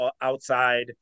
outside